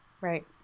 Right